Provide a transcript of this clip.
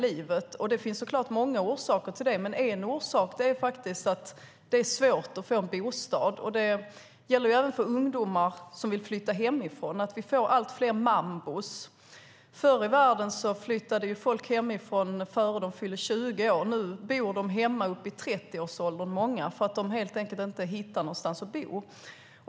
Det finns så klart många orsaker till det, men en orsak är att det är svårt att få en bostad. Det gäller även ungdomar som vill flytta hemifrån - vi får allt fler mambor. Förr i världen flyttade folk hemifrån innan de fyllde 20 år. Nu bor många hemma långt upp i 30-årsåldern därför att de helt enkelt inte hittar någonstans att bo.